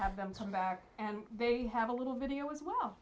have them come back and have a little video as well